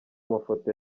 mafoto